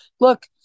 look